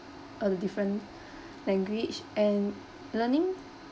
a different language and learning